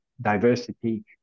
diversity